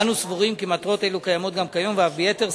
אנו סבורים כי מטרות אלו קיימות גם כיום ואף ביתר שאת.